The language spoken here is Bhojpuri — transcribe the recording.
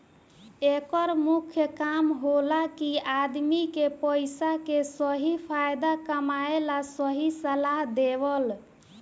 एकर मुख्य काम होला कि आदमी के पइसा के सही फायदा कमाए ला सही सलाह देवल